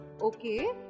Okay